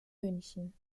münchen